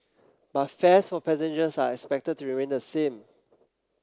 but fares for passengers are expected to remain the same